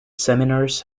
seminars